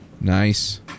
Nice